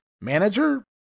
manager